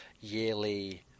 yearly